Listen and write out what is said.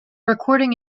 recording